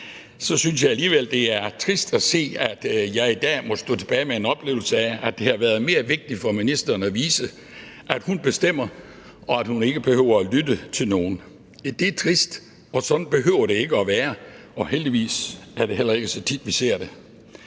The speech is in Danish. år, synes jeg alligevel, det er trist – at jeg i dag må stå tilbage med en oplevelse af, at det har været mere vigtigt for ministeren at vise, at hun bestemmer, og at hun ikke behøver at lytte til nogen. Det er trist, og sådan behøver det ikke at være, og heldigvis er det heller ikke så tit, vi ser det.